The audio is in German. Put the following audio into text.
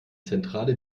zentrale